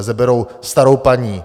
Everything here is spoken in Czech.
Seberou starou paní.